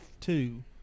two